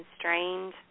constrained